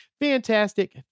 fantastic